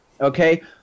okay